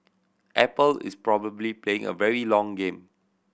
Apple is probably playing a very long game